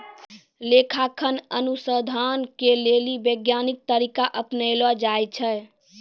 लेखांकन अनुसन्धान के लेली वैज्ञानिक तरीका अपनैलो जाय छै